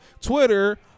Twitter